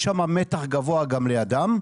יש שם מתח גבוה גם לידם,